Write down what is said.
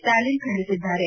ಸ್ಟಾಲಿನ್ ಖಂಡಿಸಿದ್ದಾರೆ